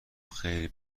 خیلی